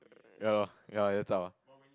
ya lor ya zao ah